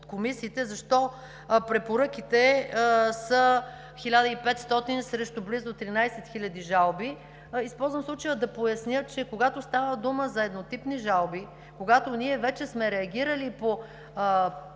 от комисиите – защо препоръките са 1500 срещу близо 13 хиляди жалби, използвам случая да поясня, че когато става дума за еднотипни жалби, когато ние вече сме реагирали по